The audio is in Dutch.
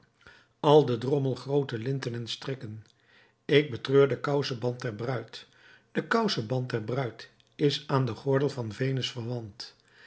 al den drommel groote linten en strikken ik betreur den kouseband der bruid de kouseband der bruid is aan den gordel van venus verwant